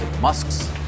Musk's